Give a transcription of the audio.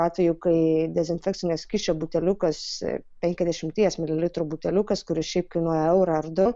atvejų kai dezinfekcinio skysčio buteliukas ir penkiasdešimties mililitrų buteliukas kuris šiaip kainuoja eurą ar du